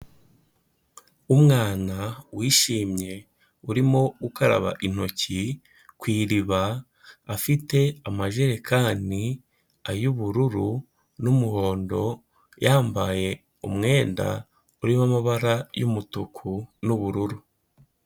Umwana wishimye urimo ukaraba intoki ku iriba, afite amajerekani ay'ubururu n'umuhondo, yambaye umwenda uririmo amabara y'umutuku n'ubururu.